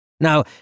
Now